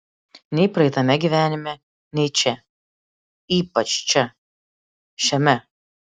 nei praeitame gyvenime nei čia ypač čia šiame